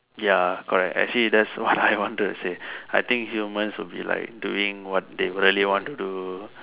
ya correct actually that's what I wanted to say I think humans will be like doing what they really want to do